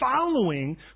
following